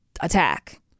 attack